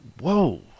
whoa